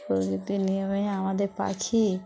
প্রকৃতির নিয়মে আমাদের পাখি